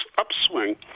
upswing